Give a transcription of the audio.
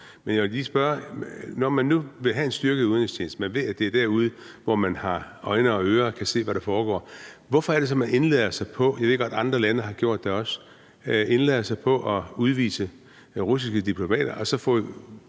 Men jeg vil lige spørge: Når man nu vil have en styrket udenrigstjeneste og man ved, at det er derude, hvor man har øjne og ører og kan se, hvad der foregår, hvorfor er det så, at man indlader sig på – jeg ved godt, at andre lande har gjort det også – at udvise russiske diplomater, og så får